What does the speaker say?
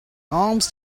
alms